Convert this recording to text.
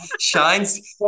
Shine's